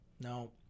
No